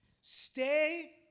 stay